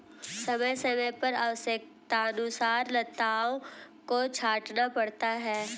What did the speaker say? समय समय पर आवश्यकतानुसार लताओं को छांटना पड़ता है